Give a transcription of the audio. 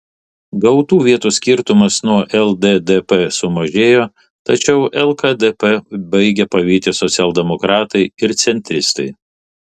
gautų vietų skirtumas nuo lddp sumažėjo tačiau lkdp baigia pavyti socialdemokratai ir centristai